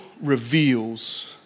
reveals